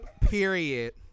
Period